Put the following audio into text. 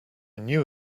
knew